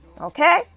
okay